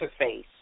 interface